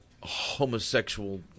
homosexual